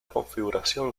configuración